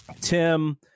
Tim